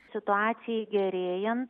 situacijai gerėjant